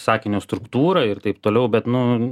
sakinio struktūra ir taip toliau bet nu